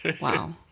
Wow